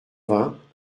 vingts